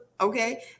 okay